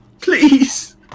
Please